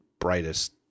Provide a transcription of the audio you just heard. brightest